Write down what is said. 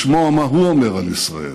לשמוע מה הוא אומר על ישראל.